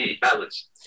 balance